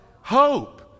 Hope